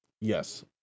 Yes